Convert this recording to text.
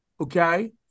okay